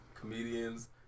comedians